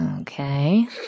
Okay